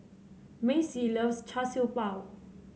Maci loves Char Siew Bao